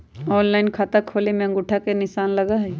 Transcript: Online खाता खोले में अंगूठा के निशान लगहई?